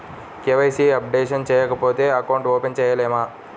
KYC updation చేయకపోతే account open చేయలేమా?